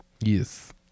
Yes